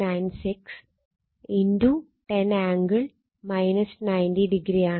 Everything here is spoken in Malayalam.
96 10 ആംഗിൾ 90 ഡിഗ്രിയാണ്